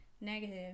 negative